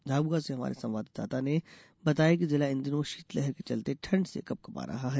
झाबुआ से हमारे संवाददाता ने बताया है कि जिला इन दिनों शीत लहर के चलते ठंड से कंपकंपा रहा है